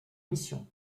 missions